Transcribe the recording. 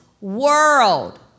world